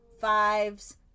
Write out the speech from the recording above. fives